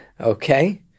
okay